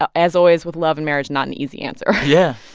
ah as always with love and marriage, not an easy answer yeah.